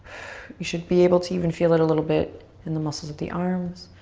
you should be able to even feel it a little bit in the muscles of the arms.